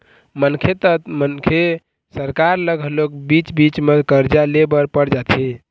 मनखे त मनखे सरकार ल घलोक बीच बीच म करजा ले बर पड़ जाथे